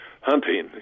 hunting